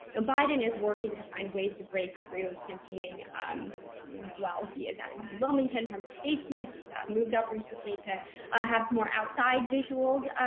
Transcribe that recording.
biden is working to find ways to break through campaigning while he is at home in wilmington, from his basement. he moved up recently to have some more outside visuals.